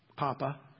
Papa